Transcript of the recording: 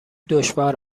دشوار